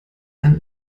eine